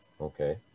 okay